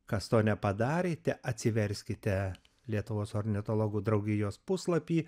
kas to nepadarėte atsiverskite lietuvos ornitologų draugijos puslapį